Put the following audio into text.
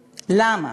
למה?